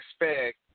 expect